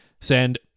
Send